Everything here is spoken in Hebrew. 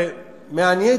מעניין,